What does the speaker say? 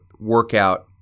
workout